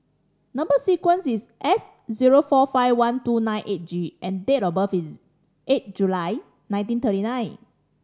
number sequence is S zero four five one two nine eight G and date of birth is eight July nineteen thirty nine